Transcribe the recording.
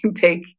big